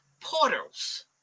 portals